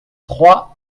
trois